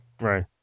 right